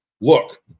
look